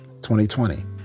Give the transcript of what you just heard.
2020